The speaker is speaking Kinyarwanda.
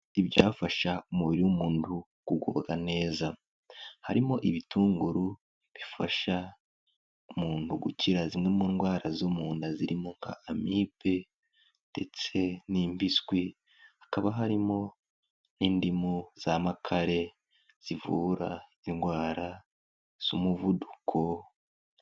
Ibyafasha umubiri w'umuntu kugubwa neza, harimo ibitunguru bifasha umuntu gukira zimwe mu ndwara zo mu nda zirimo nka amibe ndetse n'impiswi, hakaba harimo n'indimu za makare, zivura indwara z'umuvuduko.